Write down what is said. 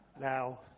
Now